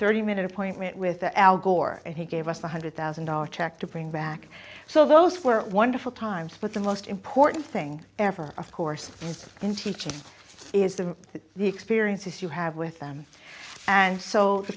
thirty minute appointment with al gore and he gave us one hundred thousand dollars check to bring back so those were wonderful times but the most important thing ever of course in teaching is them that the experiences you have them and so the